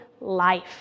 life